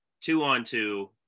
two-on-two